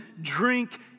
drink